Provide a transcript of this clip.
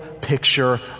picture